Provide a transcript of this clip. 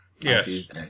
Yes